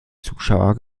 zuschauer